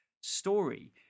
story